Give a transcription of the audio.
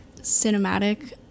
cinematic